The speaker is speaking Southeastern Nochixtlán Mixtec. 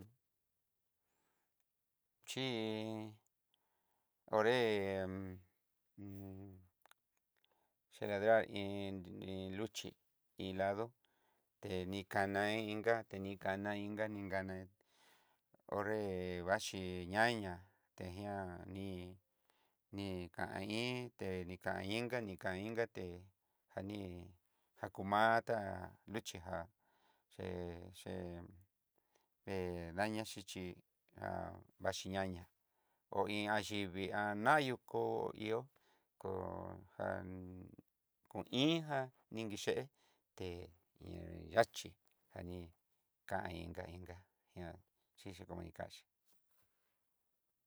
chí onré chengarerá iin iin luxhí, iin ladó tení kaná inka tení kana inka ninngana onré vaxhí ñá ña'a tengian ní'i ní kain té, té dikan inká nika inka té jani kaku má'a tá luxhí njá ché'e ché'e daño xhichí xí ñaña ho iin axhíii yú, kó ihó kó jan koin ján nindí che'e té nrié yaxhí, kani kan inka inka ña xhixó ihó ni kaxí.